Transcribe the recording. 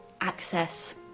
access